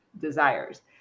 desires